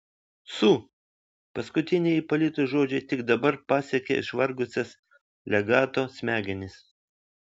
su paskutiniai ipolito žodžiai tik dabar pasiekė išvargusias legato smegenis